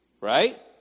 Right